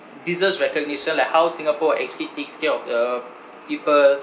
deserves recognition like how singapore actually takes care of um people